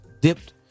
dipped